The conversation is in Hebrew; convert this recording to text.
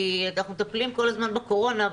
כי אנחנו מטפלים כל הזמן בקורונה,